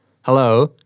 Hello